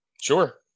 sure